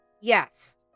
yes